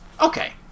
Okay